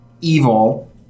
evil